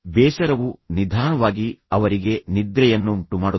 ಬೇಸರವು ನಿಧಾನವಾಗಿ ಅವರಿಗೆ ನಿದ್ರೆಯನ್ನುಂಟುಮಾಡುತ್ತದೆ